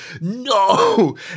no